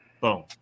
boom